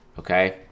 Okay